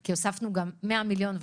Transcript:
כי הוספנו גם 100 מיליון שקל,